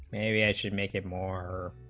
aviation make it more,